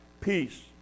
peace